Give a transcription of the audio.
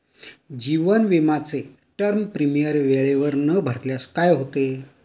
जीवन विमाचे term premium वेळेवर न भरल्यास काय होते?